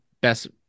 best